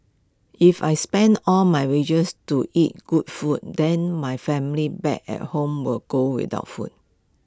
if I spend all my wages to eat good food then my family back at home will go without food